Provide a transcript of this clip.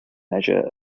measure